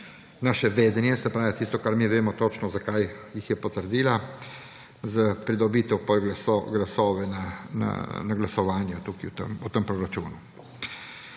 naše vedenje, se pravi tisto, kar mi vemo točno, zakaj jih je potrdila – za pridobitev glasov na glasovanju o tem proračunu.